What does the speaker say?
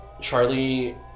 Charlie